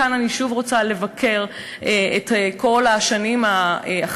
כאן אני שוב רוצה לבקר את כל מה שהיה שנים האחרות,